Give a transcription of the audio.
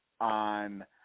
on